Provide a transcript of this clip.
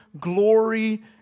glory